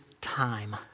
time